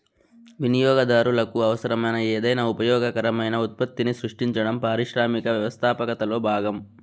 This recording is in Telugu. వినియోగదారులకు అవసరమైన ఏదైనా ఉపయోగకరమైన ఉత్పత్తిని సృష్టించడం పారిశ్రామిక వ్యవస్థాపకతలో భాగం